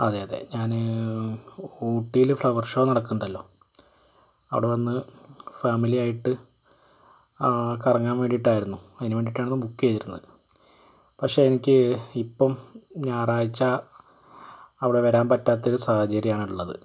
അതേയതെ ഞാനൻ ഊട്ടിയിൽ ഫ്ലവർ ഷോ നടക്കുന്നുണ്ടല്ലൊ അവിടെവന്ന് ഫാമിലി ആയിട്ട് കറങ്ങാൻ വേണ്ടിയിട്ടായിരുന്നു അതിനു വേണ്ടിയിട്ടാണ് ബുക്ക് ചെയ്തിരുന്നത് പക്ഷെ എനിക്ക് ഇപ്പം ഞായറാഴ്ച അവിടെ വരാൻ പറ്റാത്ത ഒരു സാഹചര്യമാണുള്ളത്